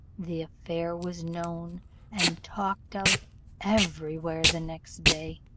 the affair was known and talked of every where the next day,